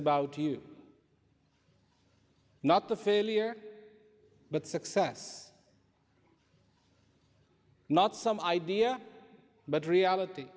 about you not the failure but success not some idea but reality